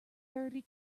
thirty